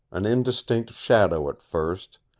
an indistinct shadow at first,